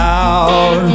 out